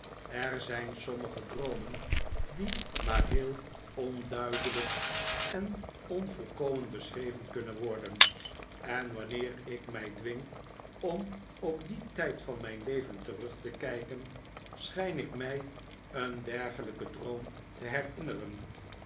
er zijn sommige droomen die maar heel ondavid copperfield duidelijk en onvolkomen beschreven kunnen worden en wanneer ik mij dwing om op dien tijd van mijn leven terug te kijken schijn ik mij een dergelijken droom te herinneren